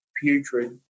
putrid